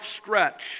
stretch